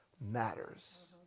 matters